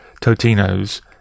Totino's